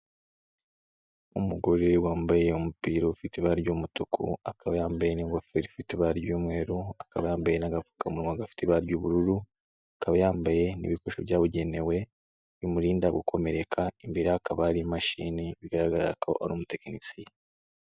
Umugore wambaye umupira ufite ibara ry'umutuku, akaba yambaye n'ingofero ifite ibara ry'umweru, akaba yambaye n'agapfukamunwa gafite ibara ry'ubururu, akaba yambaye n'ibikoresho byabugenewe bimurinda gukomereka, imbere ye hakaba hari imashini bigaragara ko ari umutekinisiye.